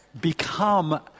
become